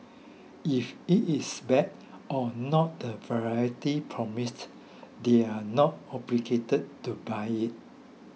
if it is bad or not the variety promised they are not obligated to buy it